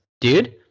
dude